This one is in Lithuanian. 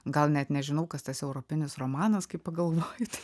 gal net nežinau kas tas europinis romanas kai pagalvoji tai